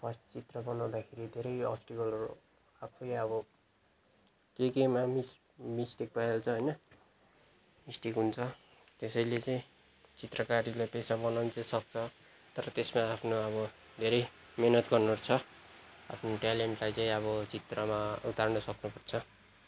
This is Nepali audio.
फर्स्ट चित्र बनाउँदाखेरि धेरै अब्सट्याकलहरू सबै अब के केमा मिस् मिस्टेक भइहाल्छ होइन मिस्टेक हुन्छ त्यसैले चाहिँ चित्रकारीलाई पेसा बनाउनु चाहिँ सक्छ तर त्यसमा आफ्नो अब धेरै मिहिनेत गर्नुपर्छ आफ्नो ट्यालेन्टलाई चाहिँ अब चित्रमा उतार्न सक्नुपर्छ